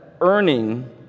earning